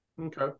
Okay